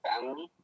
family